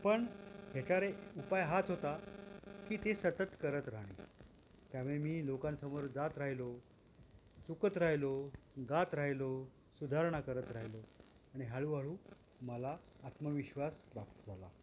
पण ह्याच्यावरही उपाय हाच होता की ते सतत करत राहणे त्यामुळे मी लोकांसमोर जात राहिलो चुकत राहिलो गात राहिलो सुधारणा करत राहिलो आणि हळूहळू मला आत्मविश्वास प्राप्त झाला